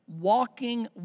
walking